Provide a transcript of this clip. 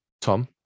tom